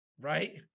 right